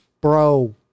Bro